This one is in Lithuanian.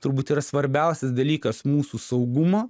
turbūt yra svarbiausias dalykas mūsų saugumo